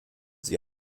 sie